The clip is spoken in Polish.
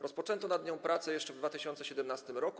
Rozpoczęto nad nią pracę jeszcze w 2017 r.